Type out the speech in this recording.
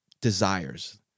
desires